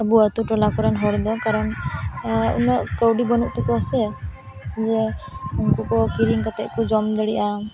ᱟᱵᱚ ᱟᱛᱳ ᱴᱚᱞᱟ ᱠᱚᱨᱮᱱ ᱦᱚᱲ ᱫᱚ ᱠᱟᱨᱚᱱ ᱩᱱᱟᱹᱜ ᱠᱟᱹᱣᱰᱤ ᱵᱟᱱᱩᱜ ᱛᱟᱠᱚᱭᱟ ᱥᱮ ᱡᱮ ᱩᱱᱠᱩ ᱠᱚ ᱠᱤᱨᱤᱧ ᱠᱟᱛᱮ ᱠᱚ ᱡᱚᱢ ᱫᱟᱲᱮᱭᱟᱜᱼᱟ